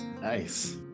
Nice